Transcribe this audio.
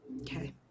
Okay